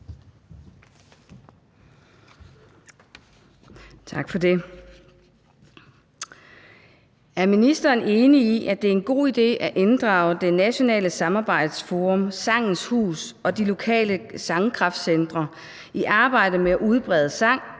Er ministeren enig i, at det er en god idé at inddrage det nationale samarbejdsforum Sangens Hus og de lokale sangkraftcentre i arbejdet med at udbrede sang,